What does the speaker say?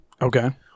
Okay